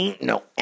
no